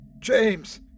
James